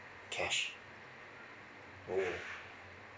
cash oo